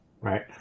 right